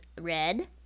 red